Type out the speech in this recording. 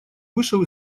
вышел